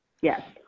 Yes